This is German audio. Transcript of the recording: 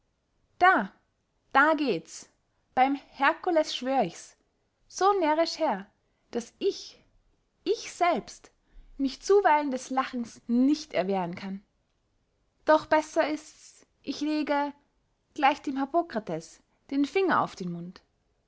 da da gehts beym herkules schwör ich so närrisch her daß ich ich selbst mich zuweilen des lachens nicht erwehren kann doch besser ists ich lege gleich dem harpokrates den finger auf den mund